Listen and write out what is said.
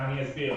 אני אסביר.